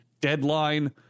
deadline